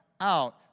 out